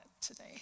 today